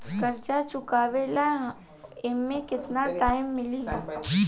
कर्जा चुकावे ला एमे केतना टाइम मिली?